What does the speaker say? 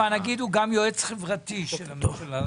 הנגיד הוא גם יועץ חברתי של הממשלה,